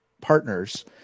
partners